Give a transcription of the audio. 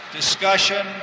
discussion